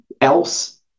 else